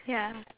ya